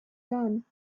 gun